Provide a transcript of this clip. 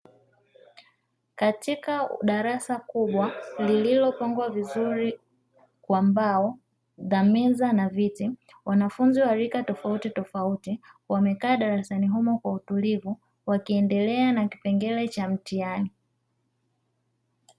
Katika darasa kubwa lililopangwa vizuri kwa mbao za meza na viti; wanafunzi wa rika tofautitofauti wamekaa darasani humo kwa utulivu, wakiendelea na kipengele cha mtihani.